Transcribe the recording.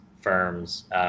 firms